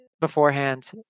beforehand